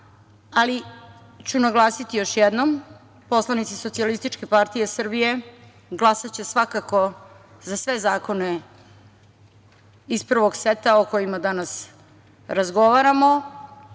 Ali, naglasiću još jednom, poslanici Socijalističke partije Srbije glasaće svakako za sve zakone iz prvog seta o kojima danas razgovaramo.